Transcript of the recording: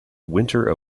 winter